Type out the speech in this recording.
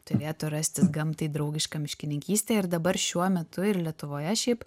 turėtų rastis gamtai draugiška miškininkystė ir dabar šiuo metu ir lietuvoje šiaip